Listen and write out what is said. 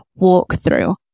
walkthrough